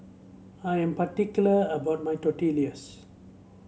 I am particular about my Tortillas